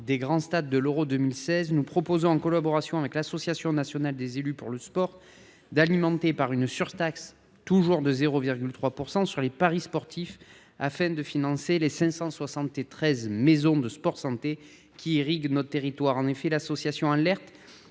des grands stades de l’Euro 2016, nous proposons, en collaboration avec l’Association nationale des élus en charge du sport, une surtaxe – toujours de 0,3 %– sur les paris sportifs afin de financer les 573 maisons sport santé qui irriguent notre territoire. En effet, l’association alerte